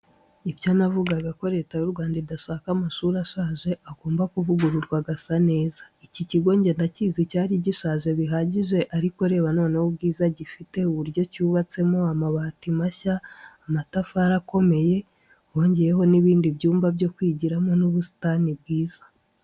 Ibyo navugaga ko Leta y'u Rwanda idashaka amashuri ashaje, agomba kuvugururwa agasa neza. Iki kigo nge ndakizi cyari gishaje bihagije ariko reba noneho ubwiza gifite uburyo yubatsemo amabati mashya, amatafari akomeye bongeyeho n'ibindi byumba byo kwigiramo n'ubusitani bwiza.